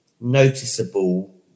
noticeable